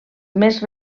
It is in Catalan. més